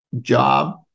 job